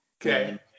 Okay